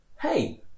hey